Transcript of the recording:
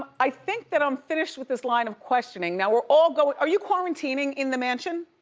i think that i'm finished with this line of questioning. now we're all going, are you quarantining in the mansion?